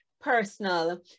personal